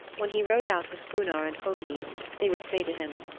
when he rode out with gunnar and hogni they would say to him,